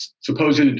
supposed